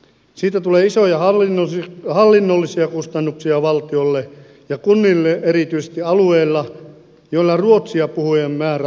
siitä tulee isoja hallinnollisia kustannuksia valtiolle ja kunnille erityisesti alueilla joilla ruotsia puhuvien määrä on pieni